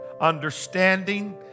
understanding